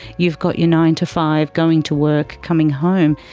you've got your nine to five, going to work, coming home,